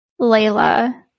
Layla